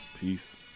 Peace